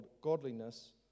godliness